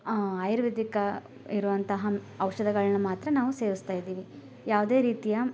ಆ ಆಯುರ್ವೇದಿಕ ಇರುವಂತಹ ಔಷದಗಳನ್ನು ಮಾತ್ರ ನಾವು ಸೇವಿಸ್ತಾಯಿದ್ದೀವಿ ಯಾವುದೇ ರೀತಿಯ